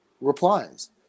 replies